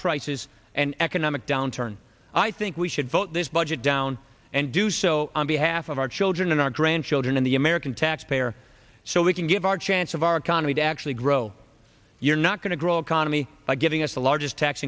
prices and economic downturn i think we should vote this budget down and do so on behalf of our children are grown children of the american taxpayer so we can give our chance of our economy to actually grow you're not going to grow our economy by giving us the largest tax